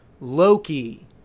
Loki